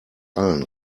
allen